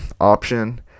option